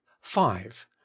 five